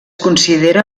considera